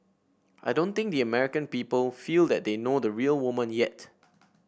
I don't think the American people feel that they know the real woman yet